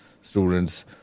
students